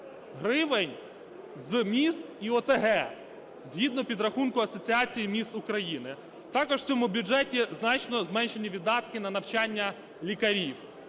гривень з міст і ОТГ, згідно підрахунку Асоціації міст України. Також у цьому бюджеті значно зменшені видатки на навчання лікарів.